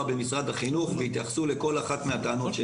במשרד החינוך ויתייחסו לכל אחת מהטענות שהעליתם.